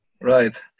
Right